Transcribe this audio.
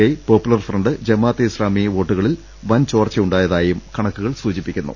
I Popular Front Jamaat e Islami വോട്ടുകളിൽ വൻ ചോർച്ചയുണ്ടായതായും കണക്കുകൾ സൂചിപ്പിക്കുന്നു